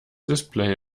display